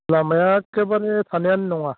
लामाया एकेबारे थानायानो नङा